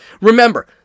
Remember